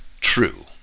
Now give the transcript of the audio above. true